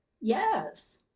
yes